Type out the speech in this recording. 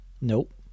nope